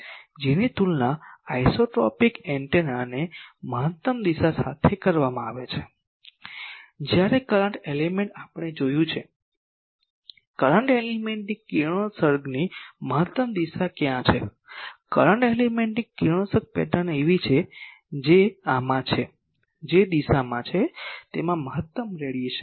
5 છે જેની તુલના આઇસોટ્રોપિક એન્ટેનાને મહત્તમ દિશા સાથે કરવામાં આવે છે જ્યારે કરંટ એલિમેન્ટ આપણે જોયું છે કરંટ એલિમેન્ટની કિરણોત્સર્ગની મહત્તમ દિશા ક્યાં છે કરંટ એલિમેન્ટની કિરણોત્સર્ગ પેટર્ન એવી છે જે આમાં છે દિશામાં તેમાં મહત્તમ રેડિયેશન છે